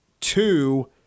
Two